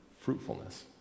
fruitfulness